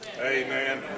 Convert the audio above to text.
Amen